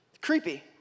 Creepy